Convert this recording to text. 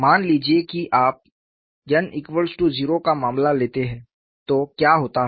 मान लीजिए कि आप n 0 का मामला लेते हैं तो क्या होता है